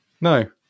No